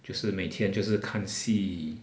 就是每天就是看戏